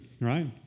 right